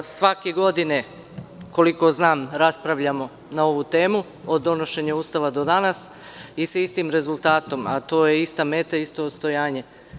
Svake godine, koliko znam, raspravljamo na ovu temu, od donošenja Ustava do danas, i sa istim rezultatom, a to je - ista meta, isto odstojanje.